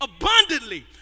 abundantly